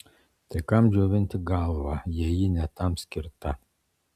tai kam džiovinti galvą jei ji ne tam skirta